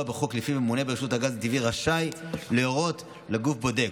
בחוק שלפיו ממונה ברשות הגז הטבעי רשאי להורות לגוף בודק,